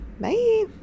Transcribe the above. Bye